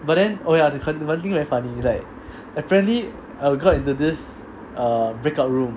but then oh ya something very funny is like apparently I got into this uh breakout room